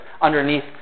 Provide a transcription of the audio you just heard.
underneath